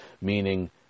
meaning